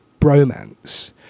bromance